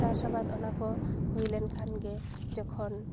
ᱪᱟᱥᱼᱟᱵᱟᱫᱽ ᱚᱱᱟᱠᱚ ᱦᱩᱭᱞᱮᱱ ᱠᱷᱟᱱᱜᱮ ᱡᱚᱠᱷᱚᱱ